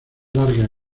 largas